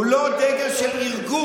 הוא לא דגל של ארגון.